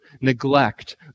neglect